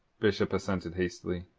bishop assented hastily.